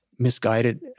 Misguided